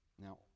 Now